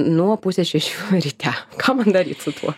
nuo pusės šešių ryte ką man daryt su tuo